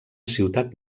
ciutat